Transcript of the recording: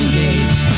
gate